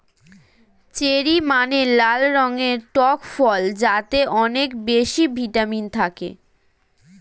cherry মানে লাল রঙের টক ফল যাতে অনেক বেশি ভিটামিন থাকে